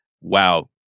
wow